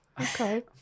Okay